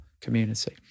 community